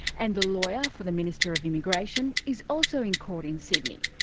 and the lawyer for the minister of immigration, is also in court in sydney.